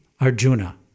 Arjuna